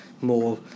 more